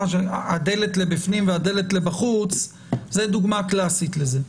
לדלת פנימה או לדלת החוצה זאת דוגמה קלסית לזה.